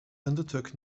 undertook